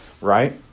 right